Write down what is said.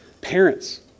Parents